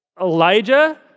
Elijah